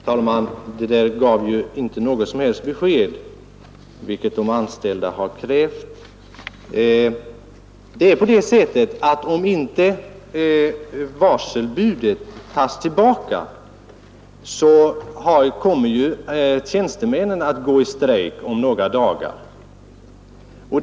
Herr talman! Kommunikationsministern gav med sina senaste ord inte något som helst besked, vilket de anställda har krävt. Om inte varselbudet tas tillbaka, kommer tjänstemännen om några dagar att gå i strejk.